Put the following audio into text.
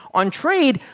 on trade,